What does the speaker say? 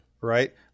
right